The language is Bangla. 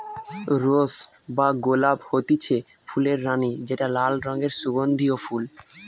রোস বা গোলাপ হতিছে ফুলের রানী যেটা লাল রঙের সুগন্ধিও ফুল